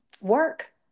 work